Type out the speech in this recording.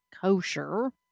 kosher